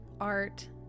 art